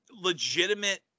legitimate